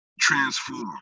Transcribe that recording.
transform